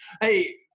Hey